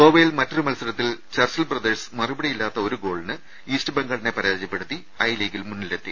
ഗോവയിൽ മറ്റൊരു മത്സരത്തിൽ ചർച്ചിൽ ബ്രദേഴ്സ് മറുപടിയില്ലാത്ത ഒരു ഗോളിന് ഈസ്റ്റ് ബംഗാളിനെ പരാ ജയപ്പെടുത്തി ഐ ലീഗിൽ മുന്നിലെത്തി